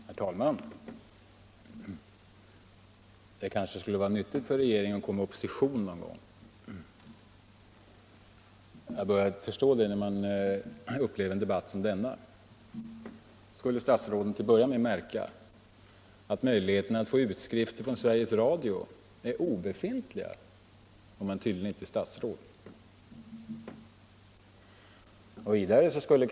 Herr talman! Det kanske skulle vara nyttigt för regeringen att komma i opposition någon gång. Jag har börjat förstå det när jag upplever en debatt som denna. Då skulle statsråden till att börja med märka att möjligheterna att få utskrifter från Sveriges Radio är obefintliga, utom tydligen om man är statsråd.